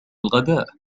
الغداء